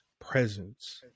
presence